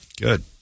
good